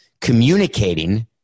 communicating